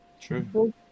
true